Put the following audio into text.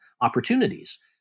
opportunities